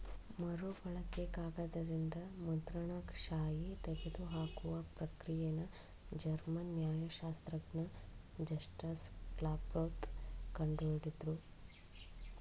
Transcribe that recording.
ಮರುಬಳಕೆ ಕಾಗದದಿಂದ ಮುದ್ರಣ ಶಾಯಿ ತೆಗೆದುಹಾಕುವ ಪ್ರಕ್ರಿಯೆನ ಜರ್ಮನ್ ನ್ಯಾಯಶಾಸ್ತ್ರಜ್ಞ ಜಸ್ಟಸ್ ಕ್ಲಾಪ್ರೋತ್ ಕಂಡು ಹಿಡುದ್ರು